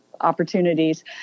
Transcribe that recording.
opportunities